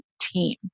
team